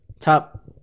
top